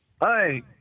hi